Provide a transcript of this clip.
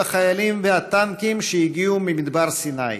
החיילים והטנקים שהגיעו ממדבר סיני.